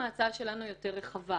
ההצעה שלנו היא יותר רחבה,